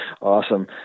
Awesome